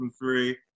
three